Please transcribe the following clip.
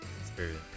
experience